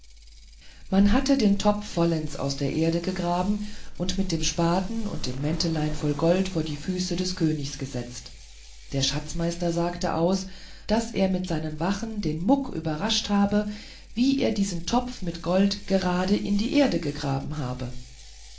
man hatte den topf vollends aus der erde gegraben und mit dem spaten und dem mäntelein voll gold vor die füße des königs gesetzt der schatzmeister sagte aus daß er mit seinen wachen den muck überrascht habe wie er diesen topf mit gold gerade in die erde gegraben habe